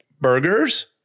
burgers